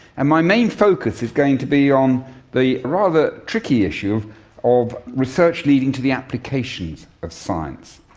and my main focus is going to be on the rather tricky issue of research leading to the applications of science.